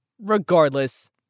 Regardless